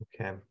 Okay